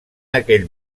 aquell